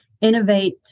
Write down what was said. innovate